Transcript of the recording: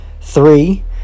Three